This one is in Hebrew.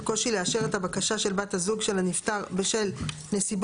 על קושי לאשר את הבקשה של בת הזוג של הנפטר בשל נסיבות